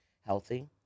healthy